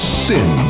sin